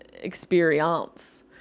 experience